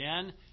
Again